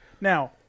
Now